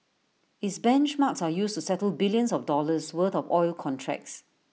its benchmarks are used to settle billions of dollars worth of oil contracts